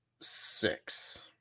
six